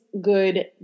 good